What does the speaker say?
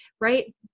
right